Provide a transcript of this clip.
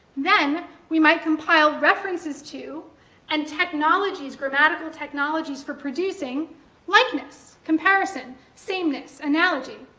then, we might compile references to and technologies, grammatical technologies for producing likeness, comparison, sameness, analogy.